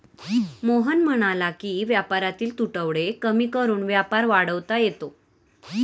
मोहन म्हणाला की व्यापारातील तुटवडे कमी करून व्यापार वाढवता येतो